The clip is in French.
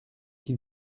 qui